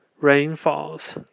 rainfalls